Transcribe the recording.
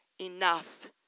enough